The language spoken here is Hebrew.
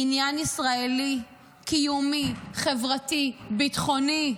היא עניין ישראלי קיומי, חברתי, ביטחוני.